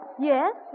Yes